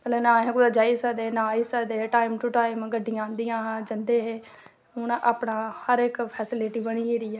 ते ना अस कुदै जाई सकदे हे ना कुदै टाईम दा आई सकदे कुदै दा ते टाईम दियां गड्डियां औंदियां हियां ते जंदे हे ते हून अपना हर इक्क फेस्लिटी बनी गेदी ऐ